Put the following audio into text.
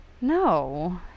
No